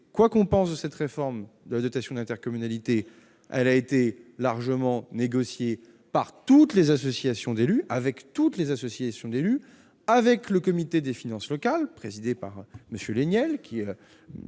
quoi qu'on pense de cette réforme de la dotation d'intercommunalité, elle a été largement négociée par et avec toutes les associations d'élus, et avec le comité des finances locales, présidé par M. Laignel, dans